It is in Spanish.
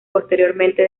posteriormente